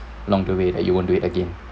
along the way that you won't do it again